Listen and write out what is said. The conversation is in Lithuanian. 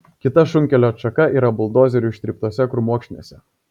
kita šunkelio atšaka yra buldozerių ištryptuose krūmokšniuose